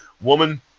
Woman